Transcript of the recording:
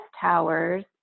towers